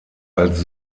als